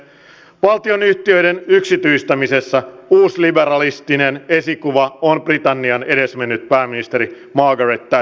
valtionyhtiöiden yksityistämisessä uusliberalistinen esikuva on britannian edesmennyt pääministeri margaret thatcher